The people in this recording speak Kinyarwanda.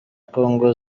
kongo